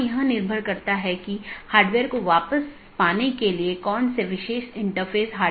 इसलिए हमारे पास BGP EBGP IBGP संचार है